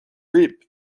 reap